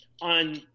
on